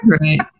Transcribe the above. Right